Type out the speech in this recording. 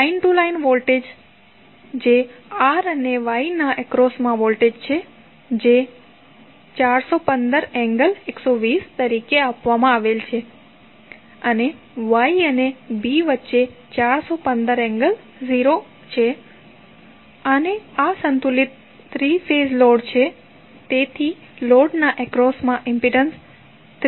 line to line voltage જે R અને Y ના એક્રોસમા વોલ્ટેજ છે જે 415∠120 તરીકે આપવામાં આવેલ છે અને Y અને B વચ્ચે 415∠0 છે અને આ સંતુલિત 3 ફેઝ લોડ છે તેથી લોડના એક્રોસમા ઇમ્પિડન્સ 3 j4 છે